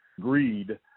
greed